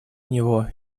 него